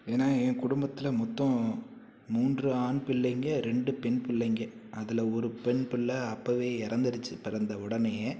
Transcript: ஏன்னால் ஏன் குடும்பத்தில் மொத்தம் மூன்று ஆண் பிள்ளைங்க ரெண்டு பெண் பிள்ளைங்க அதில் ஒரு பெண் பிள்ளை அப்போவே இறந்துடுச்சி பிறந்த உடனேயே